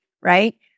right